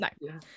no